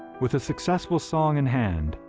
with a successful song in hand,